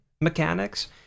mechanics